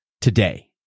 today